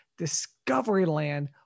Discoveryland